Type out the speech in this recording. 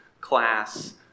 class